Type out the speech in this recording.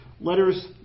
letters